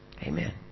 Amen